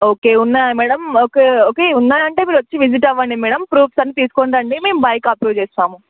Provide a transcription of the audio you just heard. okay ఉన్నాయా madam okay okay ఉన్నాయంటే మీరు వచ్చి విజిట్ అవ్వండి మ్యాడమ్ ప్రూఫ్స్ అన్నీ తీసుకొనిరండి మేము బైక్ అప్రూవ్ చేస్తాము